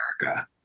America